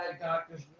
doctors